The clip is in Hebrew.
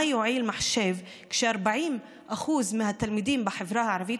מה יועיל מחשב כשל-40% מהתלמידים בחברה הערבית